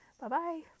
Bye-bye